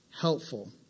helpful